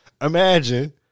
imagine